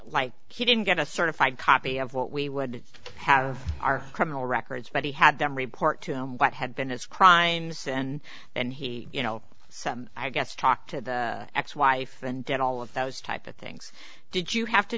like he didn't get a certified copy of what we would have our criminal records but he had them report to him what had been his crimes and then he you know so i guess talk to the ex wife and did all of those type of things did you have to